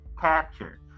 capture